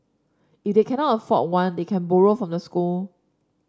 if they cannot afford one they can borrow from the school